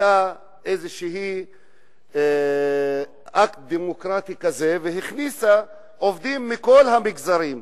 עשתה איזה אקט דמוקרטי והכניסה עובדים מכל המגזרים,